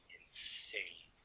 insane